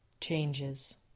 Changes